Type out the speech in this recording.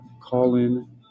call-in